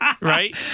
Right